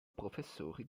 professori